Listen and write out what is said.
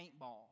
paintball